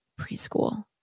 Preschool